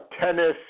tennis